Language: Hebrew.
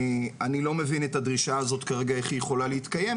אני לא מבין את הדרישה הזאת כרגע איך היא יכולה להתקיים,